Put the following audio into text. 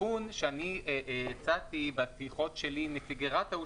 התיקון שאני הצעתי בשיחות שלי עם נציגי רת"א הוא